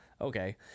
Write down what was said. Okay